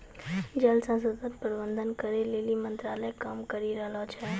जल संसाधन प्रबंधन करै लेली मंत्रालय काम करी रहलो छै